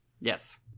Yes